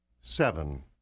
Seven